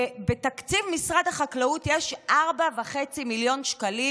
בתקציב משרד החקלאות יש 4.5 מיליון שקלים